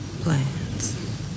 plans